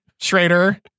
Schrader